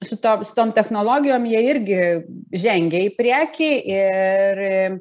su to su tom technologijom jie irgi žengia į priekį ir